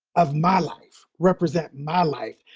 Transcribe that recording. of my life, represent my life.